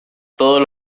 todos